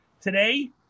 Today